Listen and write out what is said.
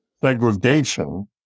Segregation